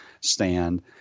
stand